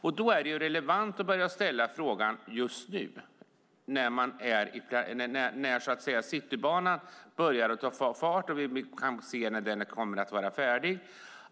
Därför är det relevant att ställa frågan om vad man ska göra senare just nu när Citybanan börjar ta fart och vi kan se när den kommer att vara färdig.